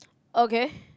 okay